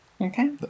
Okay